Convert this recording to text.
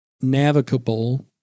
navigable